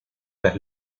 las